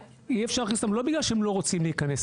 ואי אפשר להכניס אותם לא בגלל שהם לא רוצים להיכנס,